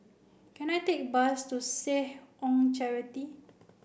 can I take a bus to Seh Ong Charity